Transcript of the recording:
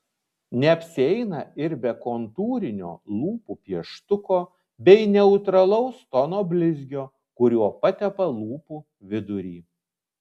neapsieina ir be kontūrinio lūpų pieštuko bei neutralaus tono blizgio kuriuo patepa lūpų vidurį